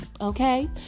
okay